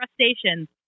crustaceans